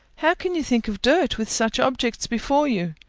how can you think of dirt, with such objects before you?